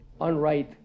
unright